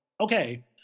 Okay